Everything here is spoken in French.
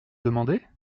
demander